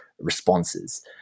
responses